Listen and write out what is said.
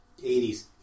80s